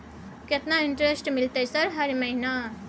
केतना इंटेरेस्ट मिलते सर हर महीना?